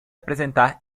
apresentar